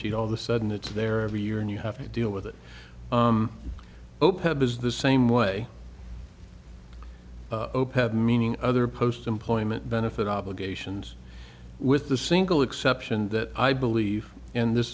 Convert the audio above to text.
sheet all of the sudden it's there every year and you have to deal with it opec is the same way opec meaning other post employment benefit obligations with the single exception that i believe and this